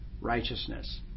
righteousness